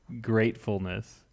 Gratefulness